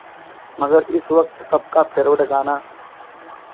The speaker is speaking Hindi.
मगर इस वक्त सबका फेरवेट गाना